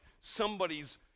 somebody's